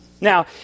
Now